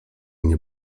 nie